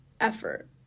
effort